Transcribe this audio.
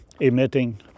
emitting